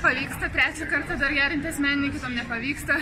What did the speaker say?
pavyksta trečią kartą dar gerint asmeninį nepavyksta